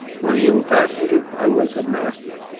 were you a passenger? i was her master.